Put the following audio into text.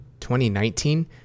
2019